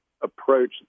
approach